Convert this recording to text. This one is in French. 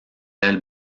ailes